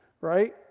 right